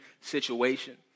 situation